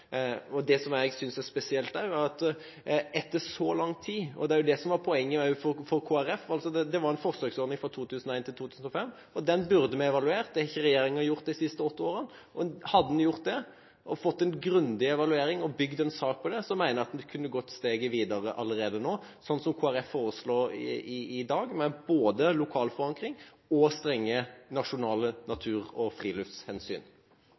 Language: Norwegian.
Det jeg synes er spesielt, er at det har gått så lang tid. Det som var poenget for Kristelig Folkeparti, var at man burde evaluert forsøksordningen fra 2001–2005. Det har ikke regjeringen gjort de siste åtte årene. Hadde man gjort det, og fått en grundig evaluering og laget en sak på det, mener jeg man kunne gått et steg videre allerede nå – som Kristelig Folkeparti foreslår i dag – med både lokal forankring og strenge nasjonale natur- og friluftshensyn.